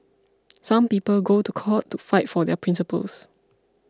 some people go to court to fight for their principles